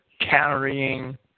carrying